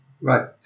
Right